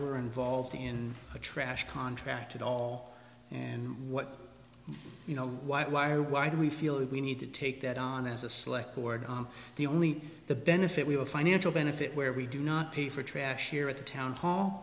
we're involved in a trash contract at all and what you know why why why do we feel we need to take that on as a select board the only the benefit we were a financial benefit where we do not pay for trash here at the town hall